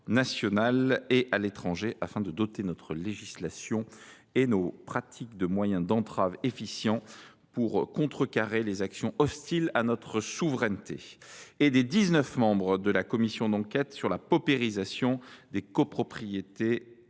national et à l’étranger, afin de doter notre législation et nos pratiques de moyens d’entraves efficients pour contrecarrer les actions hostiles à notre souveraineté ; et des dix neuf membres de la commission d’enquête sur la paupérisation des copropriétés